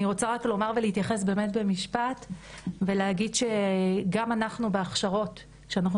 אני רוצה לומר ולהתייחס במשפט ולהגיד שגם בהכשרות שאנחנו